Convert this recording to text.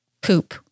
poop